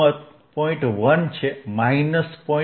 1 છે માઇનસ 0